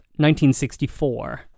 1964